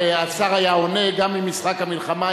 השר היה עונה גם עם משחק המלחמה,